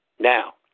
Now